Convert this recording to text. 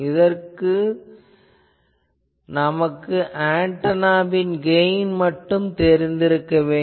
இதற்கு நமக்கு ஆன்டெனாவின் கெயின் மட்டும் தெரிந்திருக்க வேண்டும்